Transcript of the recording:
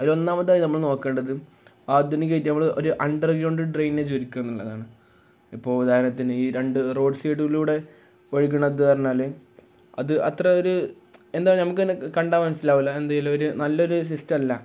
അതില് ഒന്നാമതായി നമ്മള് നോക്കേണ്ടത് ആധുനികമായിട്ട് നമ്മള് ഒരു അണ്ടർഗ്രൗണ്ട് ഡ്രെയിനേജ് ഒരുക്കുക എന്നുള്ളതാണ് ഇപ്പോള് ഉദാഹരണത്തിന് ഈ രണ്ട് റോഡ് സൈഡിലൂടെ ഒഴുകുന്നതെന്നു പറഞ്ഞാല് അത് അത്ര ഒരു എന്താണ് നമുക്കു തന്നെ കണ്ടാല് മനസ്സിലാവില്ല എന്തേലും ഒരു നല്ലൊരു സിസ്റ്റമല്ല